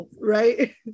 Right